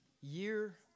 year